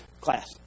class